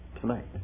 Tonight